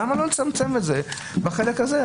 למה לא לצמצם את זה לחלק הזה?